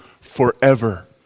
forever